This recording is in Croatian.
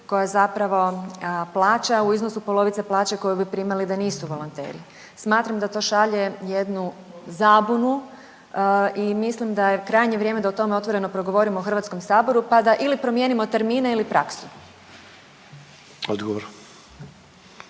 koja je zapravo plaća u iznosu polovice plaću koju bi primali da nisu volonteri. Smatram da to šalje jednu zabunu i mislim daje krajnje vrijeme da o tome otvoreno progovorimo u HS-u pa da ili promijenimo termine ili praksu.